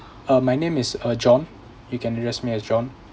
uh my name is uh john you can address me as john